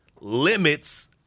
limits